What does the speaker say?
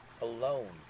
alone